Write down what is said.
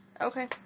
Okay